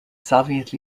soviet